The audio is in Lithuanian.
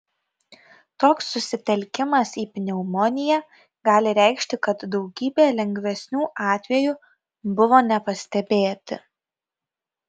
toks susitelkimas į pneumoniją gali reikšti kad daugybė lengvesnių atvejų buvo nepastebėti